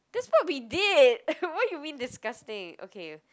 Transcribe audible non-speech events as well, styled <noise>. that's what we did <laughs> what you mean disgusting okay